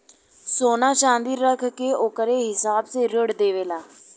सोना च्नादी रख के ओकरे हिसाब से ऋण देवेला